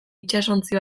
itsasontzi